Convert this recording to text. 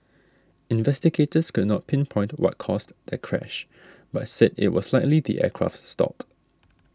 investigators could not pinpoint what caused that crash but said it was likely the aircraft stalled